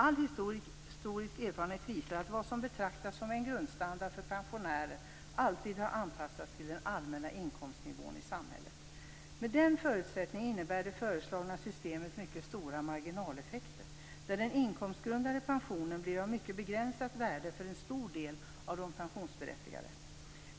All historisk erfarenhet visar att vad som betraktas som en grundstandard för pensionärer alltid har anpassats till den allmänna inkomstnivån i samhället. Med den förutsättningen innebär det föreslagna systemet mycket stora marginaleffekter, där den inkomstgrundade pensionen blir av mycket begränsat värde för en stor del av de pensionsberättigade.